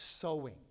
sewing